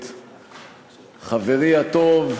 הטוב,